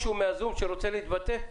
להתבטא?